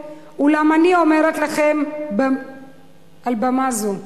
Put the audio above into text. אולם אני אומרת לכם מעל במה זו,